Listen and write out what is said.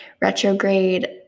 retrograde